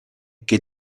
che